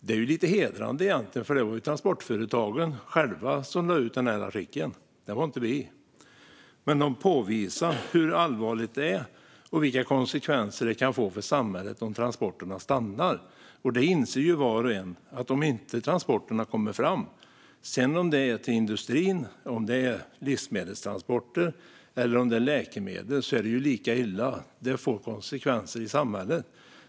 Det är lite hedrande egentligen, för det var transportföretagen själva som lade ut artikeln, inte vi. De påvisade hur allvarligt det är och vilka konsekvenser det kan få för samhället om transporterna stannar. Det inser var och en att om transporterna inte kommer fram, oavsett om det gäller industrin, livsmedelstransporter eller läkemedel, är det lika illa. Det får konsekvenser i samhället.